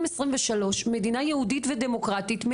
מדינה יהודית ודמוקרטית,